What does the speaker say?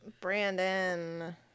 Brandon